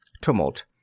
Tumult